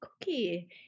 cookie